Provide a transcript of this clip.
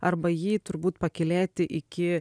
arba jį turbūt pakylėti iki